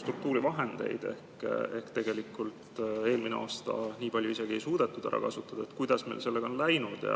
struktuurivahendeid ehk tegelikult ei suudetud eelmine aasta nii palju isegi ära kasutada. Kuidas on meil sellega läinud?